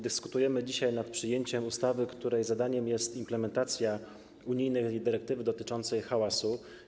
Dyskutujemy dzisiaj nad przyjęciem ustawy, której zadaniem jest implementacja unijnej dyrektywy dotyczącej hałasu.